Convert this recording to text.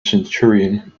centurion